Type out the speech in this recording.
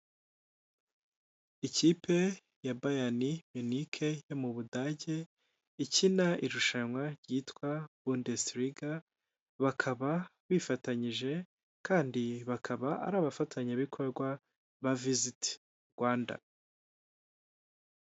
Ikipe ya Bayani munike yo mu Budage ikina irushanwa ryitwa bondesiriga, bakaba bifatanyije kandi bakaba ari abafatanyabikorwa ba viziti Rwanda.